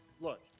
Look